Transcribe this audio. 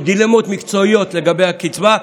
יש דילמות מקצועיות לגבי הקצבה.